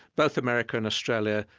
both america and australia,